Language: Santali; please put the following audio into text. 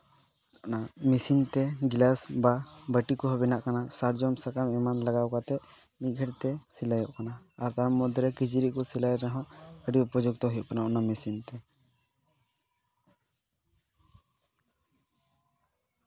ᱚᱱᱟ ᱢᱤᱥᱤᱱ ᱛᱮ ᱜᱤᱞᱟᱹᱥ ᱵᱟ ᱵᱟᱴᱤ ᱠᱚᱦᱚᱸ ᱵᱮᱱᱟᱜ ᱠᱟᱱᱟ ᱥᱟᱨᱡᱚᱢ ᱥᱟᱠᱟᱢ ᱮᱢᱟᱱ ᱞᱟᱜᱟᱣ ᱠᱟᱛᱮᱫ ᱢᱤᱫ ᱜᱷᱟᱹᱲᱤᱡ ᱛᱮ ᱥᱤᱞᱟᱹᱭᱚᱜ ᱠᱟᱱᱟ ᱟᱨ ᱛᱟᱨ ᱢᱚᱫᱽᱫᱷᱮ ᱨᱮ ᱠᱤᱪᱨᱤᱪ ᱠᱚ ᱥᱤᱞᱟᱭ ᱨᱮᱦᱚᱸ ᱟᱹᱰᱤ ᱩᱯᱚᱡᱩᱠᱛᱚ ᱦᱩᱭᱩᱜ ᱠᱟᱱᱟ ᱚᱱᱟ ᱢᱮᱥᱤᱱ ᱛᱮ